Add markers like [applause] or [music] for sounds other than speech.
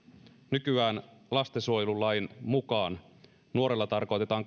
nykyään lastensuojelulain mukaan nuorella tarkoitetaan [unintelligible]